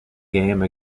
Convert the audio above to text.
game